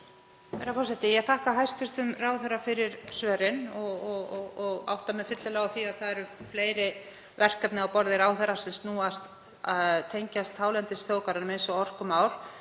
Herra forseti. Ég þakka hæstv. ráðherra fyrir svörin og átta mig fyllilega á því að það eru fleiri verkefni á borði ráðherra sem tengjast hálendisþjóðgarðinum, eins og orkumál,